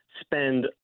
spend